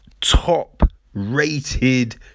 top-rated